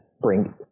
bring